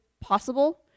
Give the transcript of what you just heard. possible